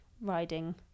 riding